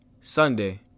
Sunday